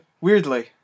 Weirdly